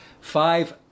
five